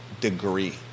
degree